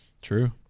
True